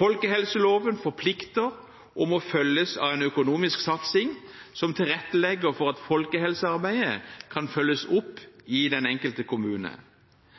Folkehelseloven forplikter og må følges av en økonomisk satsing som tilrettelegger for at folkehelsearbeidet kan følges opp i den enkelte kommune.